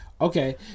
okay